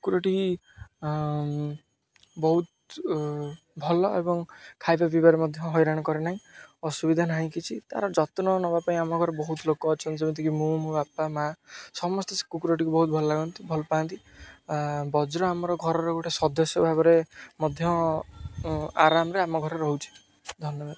କୁକୁରଟି ବହୁତ ଭଲ ଏବଂ ଖାଇବା ପିଇବାରେ ମଧ୍ୟ ହଇରାଣ କରେ ନାହିଁ ଅସୁବିଧା ନାହିଁ କିଛି ତା'ର ଯତ୍ନ ନବା ପାଇଁ ଆମ ଘରେ ବହୁତ ଲୋକ ଅଛନ୍ତି ଯେମିତିକି ମୁଁ ମୋ ବାପା ମାଆ ସମସ୍ତେ ସେ କୁକୁରଟିକୁ ବହୁତ ଭଲ ଲାଗନ୍ତି ଭଲ ପାଆନ୍ତି ବଜ୍ର ଆମର ଘରର ଗୋଟେ ସଦସ୍ୟ ଭାବରେ ମଧ୍ୟ ଆରାମରେ ଆମ ଘରେ ରହୁଛି ଧନ୍ୟବାଦ